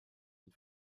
une